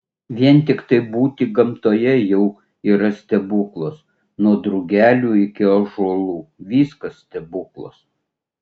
vien tiktai būti gamtoje jau yra stebuklas nuo drugelių iki ąžuolų viskas stebuklas